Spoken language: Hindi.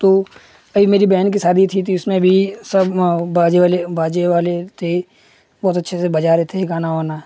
तो अभी मेरी बहन की शादी थी तो इसमें भी सब बाजे वाले बाजे वाले थे बहुत अच्छे से बजा रहे थे गाना वाना